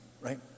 right